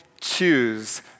choose